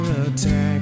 attack